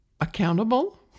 accountable